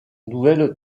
nouvelle